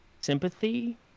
sympathy